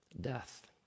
Death